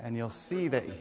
and you'll see that